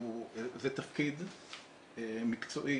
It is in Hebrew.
הממונה על חופש המידע זה תפקיד מקצועי